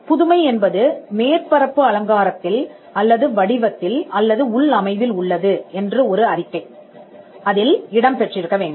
புதுமை என்பது மேற்பரப்பு அலங்காரத்தில் அல்லது வடிவத்தில் அல்லது உள்ளமைவில் உள்ளது என்று ஒரு அறிக்கை அதில் இடம் பெற்றிருக்க வேண்டும்